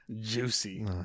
juicy